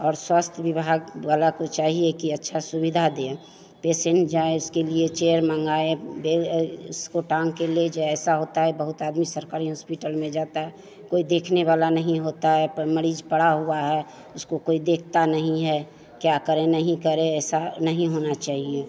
और स्वास्थ्य विभाग वाला को चाहिए कि अच्छी सुविधा दें पेशेन्ट जाए उसके लिए चेयर मँगवाएँ उसको टाँगकर ले जाए ऐसा होता है बहुत आदमी सरकारी हॉस्पिटल में जाता है कोई देखने वाला नहीं होता है मरीज़ पड़ा हुआ है उसको कोई देखता नहीं है क्या करें नहीं करें ऐसा नहीं होना चाहिए